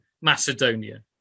Macedonia